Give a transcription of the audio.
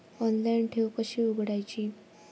Online ठेव कशी उघडायची?